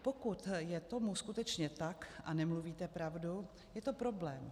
Pokud je tomu skutečně tak a nemluvíte pravdu, je to problém.